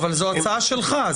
אבל זו הצעה שלך,